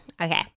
Okay